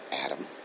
Adam